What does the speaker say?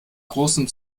großem